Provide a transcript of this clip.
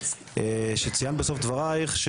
כשציינת בסוף דברייך,